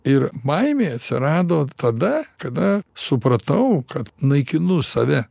ir baimė atsirado tada kada supratau kad naikinu save